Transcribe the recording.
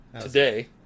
today